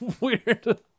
weird